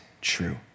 true